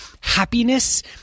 happiness